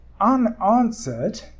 unanswered